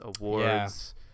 awards